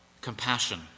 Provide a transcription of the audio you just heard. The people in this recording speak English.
compassion